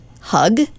hug